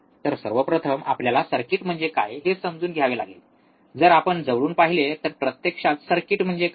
तर सर्वप्रथम आपल्याला सर्किट म्हणजे काय हे समजून घ्यावे लागेल जर आपण जवळून पाहिले तर प्रत्यक्षात सर्किट म्हणजे काय